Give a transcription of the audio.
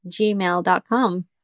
gmail.com